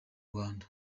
rwanda